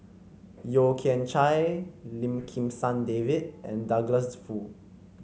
Yeo Kian Chye Lim Kim San David and Douglas Foo